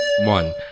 one